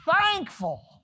thankful